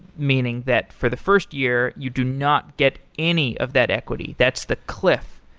meaning that for the first year, you do not get any of that equity. that's the cliff.